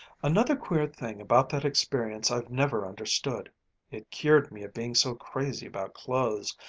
another queer thing about that experience i've never understood it cured me of being so crazy about clothes.